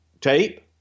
tape